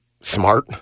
smart